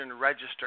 register